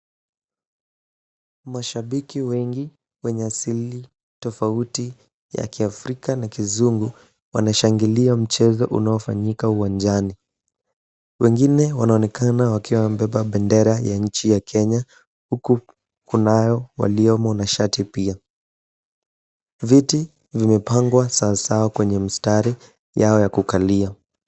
Mashabiki wengi wenye asili tofauti ya kiafrika na kizungu wanashangilia mchezo unaofanyika uwanjani. Wengine wanaonekana wakiwa wamebeba bendera ya nchi Kenya huku kunao waliomo na shati pia. Viti vimepangwa sawasawa kwenye mstari yao ya kukalia.